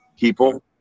people